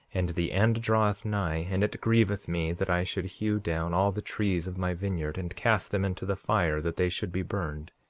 and the end draweth nigh. and it grieveth me that i should hew down all the trees of my vineyard, and cast them into the fire that they should be burned.